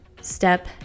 step